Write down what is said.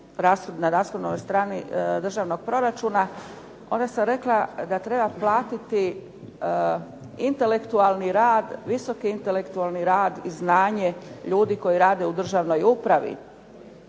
na rashodovnoj strani državnog proračuna onda sam rekla da treba platiti visoki intelektualni rad i znanje ljudi koji rade u državnoj upravi,